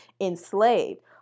enslaved